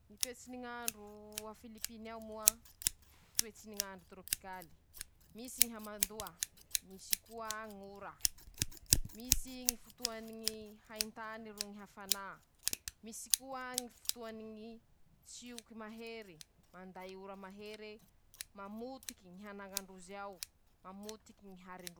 Ñy toetsy ny ñ'andro a Filipiny ao moa: Toetsy ny ñ'andro torôpikaly, misy ñy hamandoa, misy koa ñ'ora, misy ñy fotoany ñy haintany ro ñy hafanà, misy koa ñy fotoany ñy tsioky mahere, manday tsioky mahery, mamotiky ñy hanañandrozy ao, mamotiky ñy a.